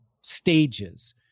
stages